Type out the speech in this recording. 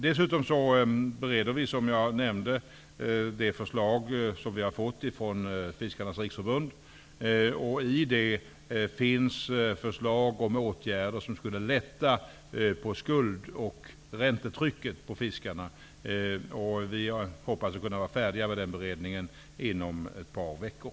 Dessutom bereder vi, som jag nämnde, det förslag som vi har fått ifrån Sveriges fiskares riksförbund. Däri ingår förslag på åtgärder som skulle lätta fiskarnas skuld och räntetryck. Vi hoppas kunna bli färdiga med den beredningen inom ett par veckor.